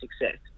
success